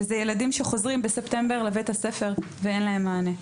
וזה ילדים שחוזרים בספטמבר לבית הספר ואין להם מענה.